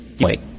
Wait